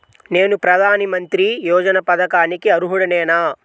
నేను ప్రధాని మంత్రి యోజన పథకానికి అర్హుడ నేన?